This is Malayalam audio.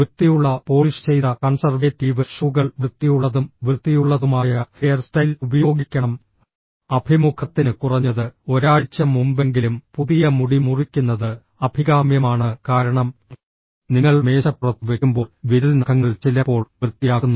വൃത്തിയുള്ള പോളിഷ് ചെയ്ത കൺസർവേറ്റീവ് ഷൂകൾ വൃത്തിയുള്ളതും വൃത്തിയുള്ളതുമായ ഹെയർസ്റ്റൈൽ ഉപയോഗിക്കണം അഭിമുഖത്തിന് കുറഞ്ഞത് ഒരാഴ്ച മുമ്പെങ്കിലും പുതിയ മുടി മുറിക്കുന്നത് അഭികാമ്യമാണ് കാരണം നിങ്ങൾ മേശപ്പുറത്ത് വെക്കുമ്പോൾ വിരൽ നഖങ്ങൾ ചിലപ്പോൾ വൃത്തിയാക്കുന്നു